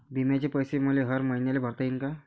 बिम्याचे पैसे मले हर मईन्याले भरता येईन का?